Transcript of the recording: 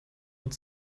und